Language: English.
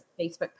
Facebook